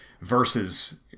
versus